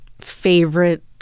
favorite